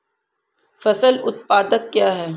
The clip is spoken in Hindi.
फसल उत्पादन क्या है?